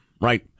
right